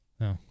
No